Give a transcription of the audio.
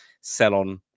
sell-on